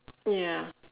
ya